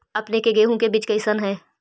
अपने के गेहूं के बीज कैसन है?